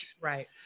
Right